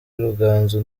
ruganzu